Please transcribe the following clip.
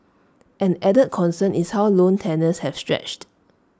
an added concern is how loan tenures have stretched